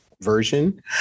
version